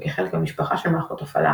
או כחלק ממשפחה של מערכות הפעלה,